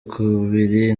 kubiri